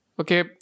Okay